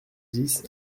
dix